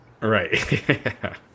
Right